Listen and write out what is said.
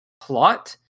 plot